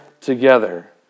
together